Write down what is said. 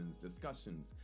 discussions